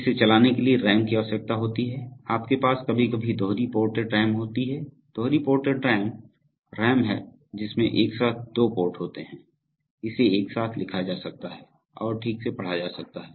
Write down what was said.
इसे चलाने के लिए रैम की आवश्यकता होती है आपके पास कभी कभी दोहरी पोर्टेड रैम होती है दोहरी पोर्टेड रैम रैम है जिसमें एक साथ दो पोर्ट होते हैं इसे एक साथ लिखा जा सकता है और ठीक से पढ़ा जा सकता है